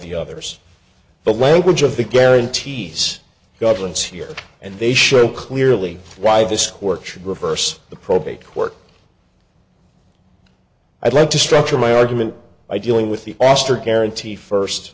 the others the language of the guarantees goblins here and they show clearly why this court should reverse the probate court i'd like to structure my argument by dealing with the astor guarantee first